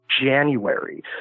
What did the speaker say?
January